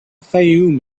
fayoum